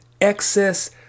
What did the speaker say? excess